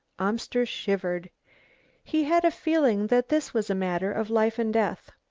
amster shivered he had a feeling that this was a matter of life and death.